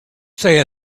say